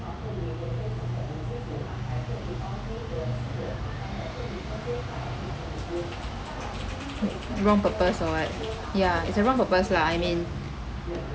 wrong purpose or what ya it's the wrong purpose lah I mean